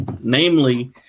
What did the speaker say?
namely